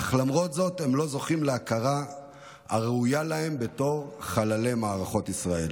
אך למרות זאת הם לא זוכים להכרה הראויה להם בתור חללי מערכות ישראל.